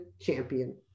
champion